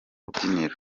rubyiniro